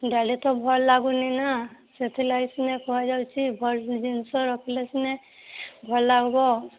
ଡାଲି ତ ଭଲ ଲାଗୁନି ନା ସେଲ୍ଫ ଲାଇଫ୍ ଯେ ପଳାଇଯାଉଛି ଭଲ ଜିନିଷ ରଖିଲେ ସିନା ଭଲ ହେବ